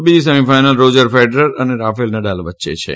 બીજી semi final Roger Federer અને Rafael Nadal વચ્ચે રમાવાની છે